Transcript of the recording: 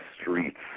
streets